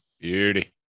Beauty